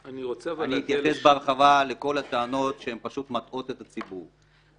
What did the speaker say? אני אתייחס בהרחבה לכל הטענות שמטעות את הציבור.